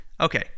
okay